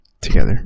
together